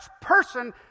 person